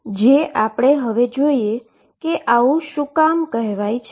જે આપણે હવે જોઈએ કે આવું શું કામ કહેવાય છે